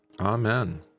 Amen